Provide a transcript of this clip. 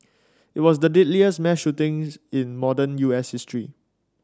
it was the deadliest mass shootings in modern U S history